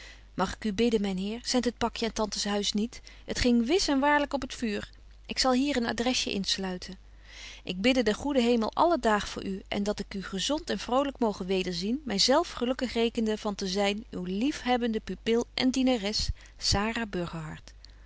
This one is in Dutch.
mag ik u bidden myn heer zendt het pakje aan tantes huis niet het ging wis en waarlyk op t vuur ik zal hier een adresje insluiten ik bidde den goeden hemel alle daag voor u en dat ik u gezond en vrolyk moge weder zien my zelf gelukkig rekenende van te zyn uwe liefhebbende pupil en dienares